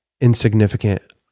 insignificant